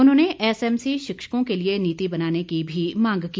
उन्होंने एसएमसी शिक्षकों के लिए नीति बनाने की भी मांग की